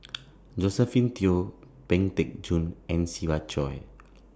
Josephine Teo Pang Teck Joon and Siva Choy